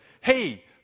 hey